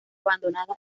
abandonada